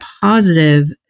positive